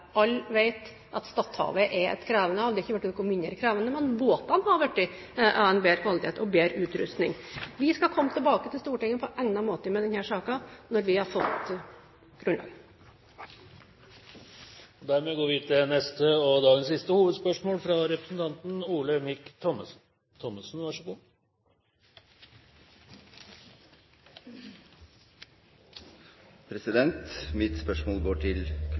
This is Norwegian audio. Alle vet at Stadhavet er et krevende hav. Det har ikke blitt noe mindre krevende, men båtene har blitt av bedre kvalitet og har bedre utrustning. Vi skal komme tilbake til Stortinget på egnet måte med denne saken når vi har fått grunnlaget. Dermed går vi til neste – og dagens siste – hovedspørsmål. Mitt spørsmål går til kulturministeren. Innledningsvis vil jeg gjerne forsikre kulturministeren om at Høyres opplegg til